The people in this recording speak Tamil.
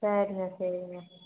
சரிண்ணே சரிண்ணே